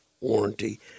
warranty